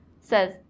says